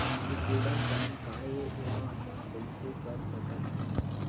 ये gold bond काय ए एमा हमन कइसे कर सकत हव?